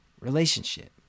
relationship